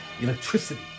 Electricity